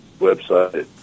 website